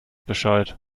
bescheid